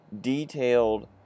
detailed